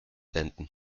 enden